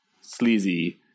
sleazy